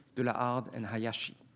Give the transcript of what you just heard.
de la hard, and hayashi.